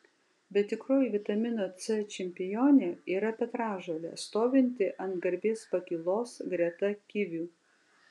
bet tikroji vitamino c čempionė yra petražolė stovinti ant garbės pakylos greta kivių